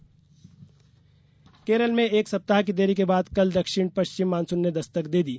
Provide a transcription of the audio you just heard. monsoon Kerala में एक सप्ताह की देरी के बाद कल दक्षिण पश्चिम मानसून ने दस्तक दे दी